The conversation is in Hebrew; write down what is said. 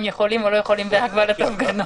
יכולים או לא יכולים בהגבלת הפגנות.